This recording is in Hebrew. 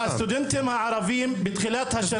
הסטודנטים הערבים בתחילת השנה,